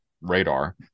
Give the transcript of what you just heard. radar